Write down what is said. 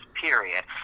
period